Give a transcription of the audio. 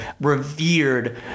revered